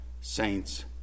saints